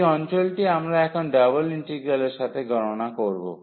এই অঞ্চলটি আমরা এখন ডাবল ইন্টিগ্রালের সাহায্যে গণনা করব